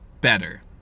better